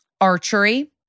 Archery